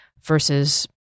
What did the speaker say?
versus